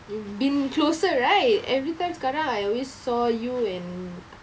you've been closer right every time sekarang I always saw you and